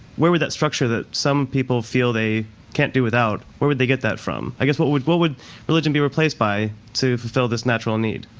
where would that structure that some people feel they can't do without, where would they get that from? i guess what would what would religion be replaced by so to fulfill this natural need?